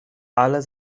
ale